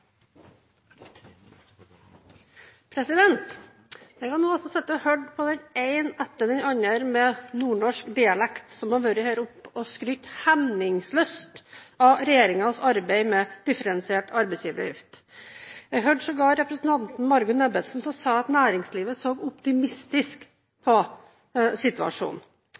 Jeg har nå sittet og hørt på den ene etter den andre med nordnorsk dialekt, som har vært her oppe og skrytt hemningsløst av regjeringens arbeid med differensiert arbeidsgiveravgift. Jeg hørte sågar representanten Margunn Ebbesen si at næringslivet så optimistisk på situasjonen.